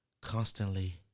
constantly